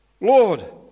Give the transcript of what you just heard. Lord